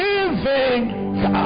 Living